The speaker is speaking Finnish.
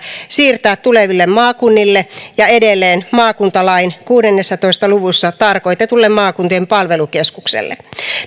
siirtää tuleville maakunnille ja edelleen maakuntalain kuudessatoista luvussa tarkoitetulle maakuntien palvelukeskukselle